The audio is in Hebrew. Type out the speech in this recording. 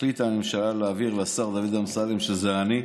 החליטה הממשלה להעביר לשר דוד אמסלם, שזה אני,